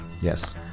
Yes